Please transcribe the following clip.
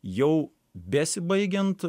jau besibaigiant